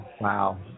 Wow